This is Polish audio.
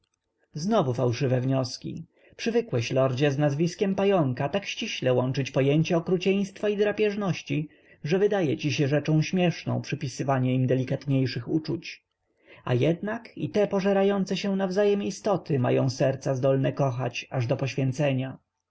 znowu fałszywe wnioski przywykłeś lordzie z nazwiskiem pająka tak ściśle łączyć pojęcie okrucieństwa i drapieżności że wydaje ci się rzeczą śmieszną przypisywanie im delikatniejszych uczuć a jednak i te pożerające się nawzajem istoty mają serca zdolne kochać aż do poświęcenia